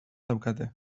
daukate